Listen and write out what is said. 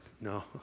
No